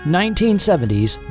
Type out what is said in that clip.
1970s